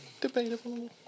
Debatable